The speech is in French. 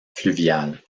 fluvial